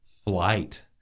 Flight